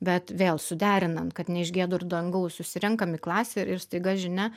bet vėl suderinant kad ne iš giedro dangaus susirenkam į klasę ir staiga žinia